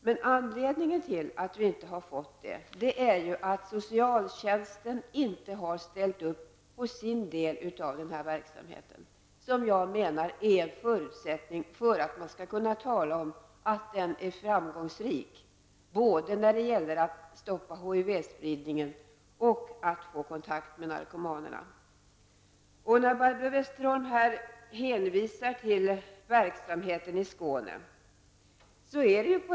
Men anledningen till att vi inte har fått det är ju att socialtjänsten inte har ställt upp på sin del av denna verksamhet, vilket jag menar är en förutsättning för att man skall kunna tala om att den är framgångsrik när det gäller både att stoppa HIV-spridningen och att få kontakt med narkomanerna. Barbro Westerholm hänvisar till verksamheten i Skåne.